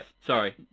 sorry